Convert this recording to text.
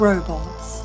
Robots